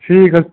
ٹھیٖک حظ